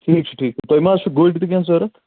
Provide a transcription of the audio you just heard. ٹھیٖک چھُ ٹھیٖک تۄہہِ مہٕ چھُ گُرۍ تہِ کیٚنٛہہ ضوٚرَتھ